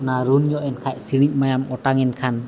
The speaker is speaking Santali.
ᱚᱱᱟ ᱨᱩᱱ ᱧᱚᱜ ᱮᱱᱠᱷᱟᱱ ᱥᱤᱬᱤᱡ ᱢᱟᱭᱟᱢ ᱚᱴᱟᱝᱮᱱ ᱠᱷᱟᱱ